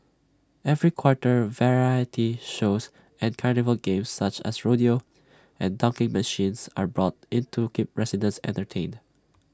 every quarter variety shows and carnival games such as rodeo and dunking machines are brought in to keep residents entertained